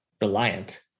reliant